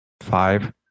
five